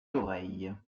oreilles